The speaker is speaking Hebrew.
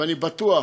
ואני בטוח